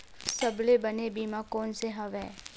सबले बने बीमा कोन से हवय?